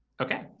Okay